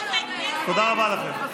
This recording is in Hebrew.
תודה רבה לכם.